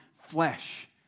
flesh